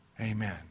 Amen